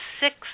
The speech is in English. six